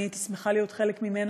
הייתי שמחה להיות חלק ממנה.